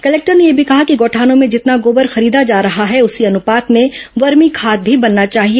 collector ने यह भी कहा कि गौठानों में जितना गोबर खरीदा जा रहा है उसी अनुपात में वर्मी खाद भी बनना चाहिए